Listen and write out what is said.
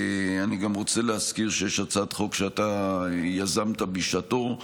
אני גם רוצה להזכיר שיש הצעת חוק שאתה יזמת בשעתו,